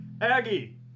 Aggie